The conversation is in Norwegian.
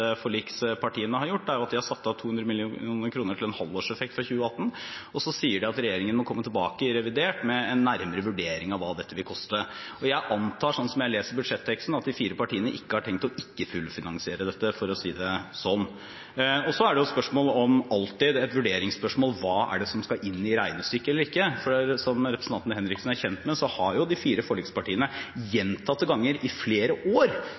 budsjettforlikspartiene har gjort, er at de har satt av 200 mill. kr til en halvårseffekt fra 2018, og så sier de at regjeringen må komme tilbake i revidert med en nærmere vurdering av hva dette vil koste. Og jeg antar, slik jeg leser budsjetteksten, at de fire partiene ikke har tenkt ikke å fullfinansiere dette, for å si det sånn. Det er alltid et vurderingsspørsmål hva det er som skal inn i regnestykket eller ikke. Som representanten Henriksen er kjent med, har de fire forlikspartiene gjentatte ganger i flere år gitt penger til flere lærere. Så har